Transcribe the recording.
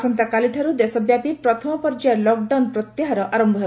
ଆସନ୍ତାକାଲିଠାରୁ ଦେଶବ୍ୟାପି ପ୍ରଥମ ପର୍ଯ୍ୟାୟ ଲକଡାଉନ୍ ପ୍ରତ୍ୟାହାର ଆରମ୍ଭ ହେବ